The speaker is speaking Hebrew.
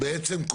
בעצם,